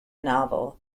novel